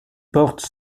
porte